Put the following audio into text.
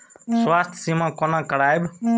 स्वास्थ्य सीमा कोना करायब?